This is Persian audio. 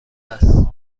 است